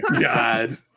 God